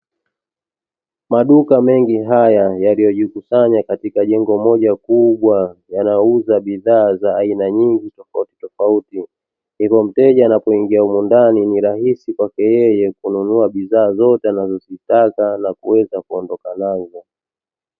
Maduka mengi haya yaliyojikusanya katika jengo moja kubwa yanayouza bidhaa za aina nyingi tofautitofauti, hivyo mteja anapoingia humo ndani ni rahisi kwake yeye kununua bidhaa zote anazozitaka na kuweza kuondoka nazo.